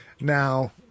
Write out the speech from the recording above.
Now